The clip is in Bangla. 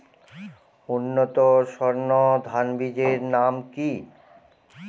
উন্নত সর্ন ধান বীজের নাম কি?